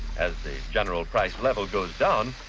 as the general price level goes down,